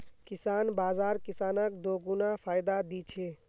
किसान बाज़ार किसानक दोगुना फायदा दी छे